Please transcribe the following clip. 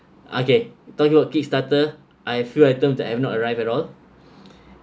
okay talking about kick starter I have few items that have not arrived at all